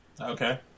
okay